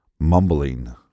Mumbling